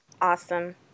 Awesome